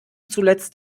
zuletzt